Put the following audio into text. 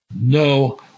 No